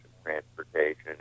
transportation